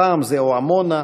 הפעם זו עמונה,